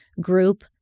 group